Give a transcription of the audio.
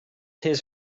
his